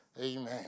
Amen